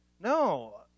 No